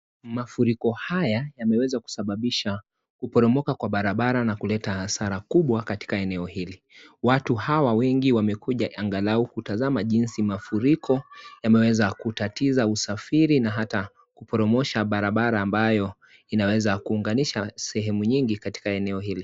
Mafuriko haya yameweza kusababisha kuporomoka kwa barabara na kuleta hasara kubwa katika eneo hili, watu hawa wengi wamekuja angalau kutazama jinsi mafuriko yameweza kutatiza usafiri na hata kuporomosha barabara ambayo inaweza kuunganisha sehemu nyingi katika eneo hili.